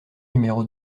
numéro